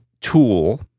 tool